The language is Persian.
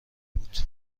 بود